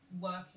working